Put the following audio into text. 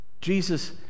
Jesus